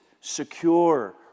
secure